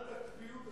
אל תקפיאו,